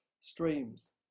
streams